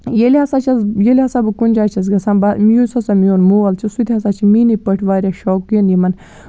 ییٚلہِ ہا چھَس ییٚلہِ ہسا بہٕ کُنہِ جایہِ چھَس گژھان بہ یُس ہسا میون مول چھِ سُہ تہِ ہسا چھِ میٛٲنی پٲٹھۍ واریاہ شوقیٖن یِمَن